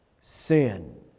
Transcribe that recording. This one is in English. sin